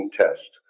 test